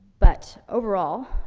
but overall,